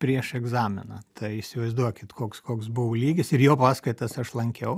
prieš egzaminą tai įsivaizduokit koks koks buvo lygis ir jo paskaitas aš lankiau